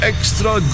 Extra